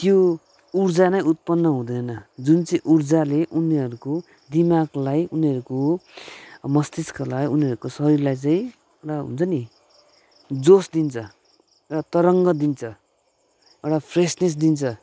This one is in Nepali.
त्यो ऊर्जा नै उत्पन्न हुँदैन जुन चाहिँ ऊर्जाले उनीहरूको दिमागलाई उनीहरूको मस्तिष्कलाई उनीहरूको शरीरलाई चाहिँ एउटा हुन्छ नि जोस दिन्छ तरङ्ग दिन्छ एउटा फ्रेसनेस दिन्छ